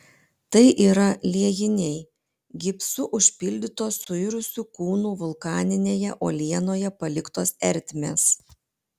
tai yra liejiniai gipsu užpildytos suirusių kūnų vulkaninėje uolienoje paliktos ertmės